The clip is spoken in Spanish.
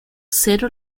zero